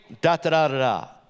da-da-da-da-da